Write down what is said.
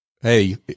Hey